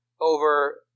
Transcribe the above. over